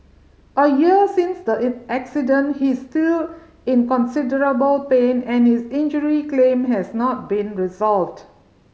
a year since the accident he is still in considerable pain and his injury claim has not been resolved